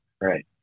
right